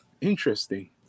Interesting